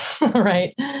right